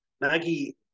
Maggie